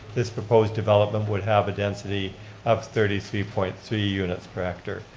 this proposed development would have a density of thirty three point three units per hectare,